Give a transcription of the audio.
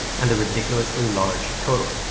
and the ridiculously large total.